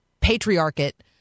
Patriarchate